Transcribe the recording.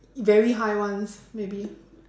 very high ones maybe